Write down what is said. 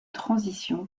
transition